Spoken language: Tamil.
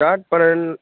ஸ்டார்ட் பண்